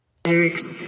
lyrics